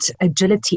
agility